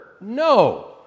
no